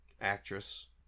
actress